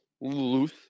loose